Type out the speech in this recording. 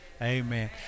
Amen